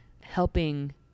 helping